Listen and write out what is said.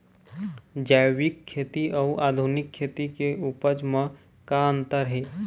जैविक खेती अउ आधुनिक खेती के उपज म का अंतर हे?